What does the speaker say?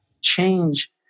change